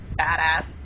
badass